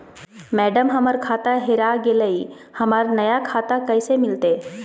madam, हमर खाता हेरा गेलई, हमरा नया खाता कैसे मिलते